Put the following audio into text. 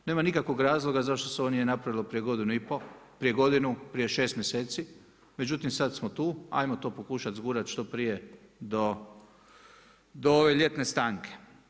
Nema nikakvog razloga zašto se ovo nije napravilo prije godinu i pol, prije godinu, prije šest mjeseci međutim sad smo tu, hajmo to pokušat zgurat što prije do ove ljetne stanke.